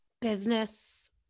business